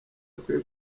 akwiye